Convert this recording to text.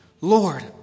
Lord